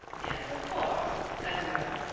yes, of course, said marilla,